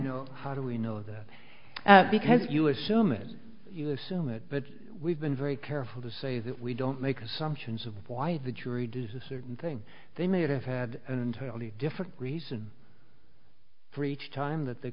know how do we know that because you assume it you assume it but we've been very careful to say that we don't make assumptions of why the jury does a certain thing the motive had an entirely different reason for each time that the